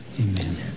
amen